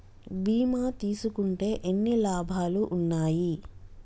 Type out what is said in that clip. బీమా తీసుకుంటే ఎన్ని లాభాలు ఉన్నాయి?